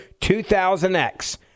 2000X